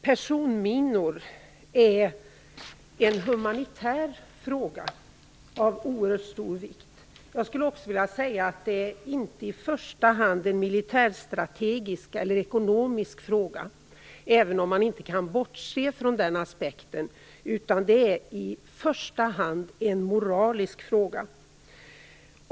Personminor är en humanitär fråga av oerhört stor vikt. Det är inte i första hand en militärstrategisk eller ekonomisk fråga, även om man inte kan bortse från de aspekterna, utan det är i första hand en moralisk fråga.